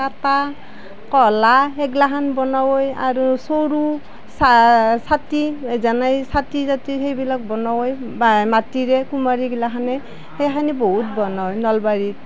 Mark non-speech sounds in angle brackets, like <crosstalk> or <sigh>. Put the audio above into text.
তাপা কলহ সেইগিলাখন বনায় আৰু চৰু <unintelligible> চাকি জানাই চাকি তাকি সেইবিলাক বনায় বা সেই মাটিৰে কুমাৰীগিলাখনে সেইখিনি বহুত বনায় নলবাৰীত